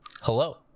hello